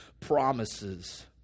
promises